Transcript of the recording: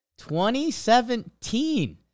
2017